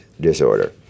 disorder